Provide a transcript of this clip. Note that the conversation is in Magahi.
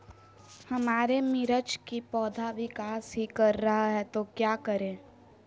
हमारे मिर्च कि पौधा विकास ही कर रहा है तो क्या करे?